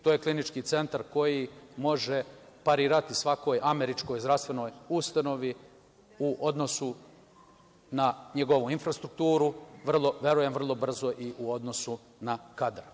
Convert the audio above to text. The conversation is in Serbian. To je KC koji može parirati svakoj američkoj zdravstvenoj ustanovi u odnosu na njegovu infrastrukturu, a verujem vrlo brzo i u odnosu na kadar.